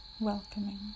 Welcoming